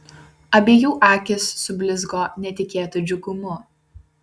abiejų akys sublizgo netikėtu džiugumu